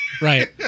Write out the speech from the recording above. right